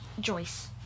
Joyce